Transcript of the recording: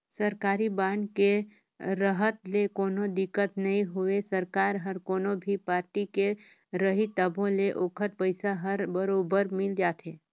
सरकारी बांड के रहत ले कोनो दिक्कत नई होवे सरकार हर कोनो भी पारटी के रही तभो ले ओखर पइसा हर बरोबर मिल जाथे